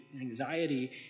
anxiety